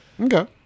Okay